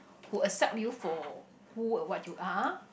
who accept you for who and what you are